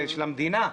של המדינה,